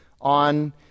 on